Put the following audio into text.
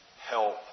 help